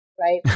Right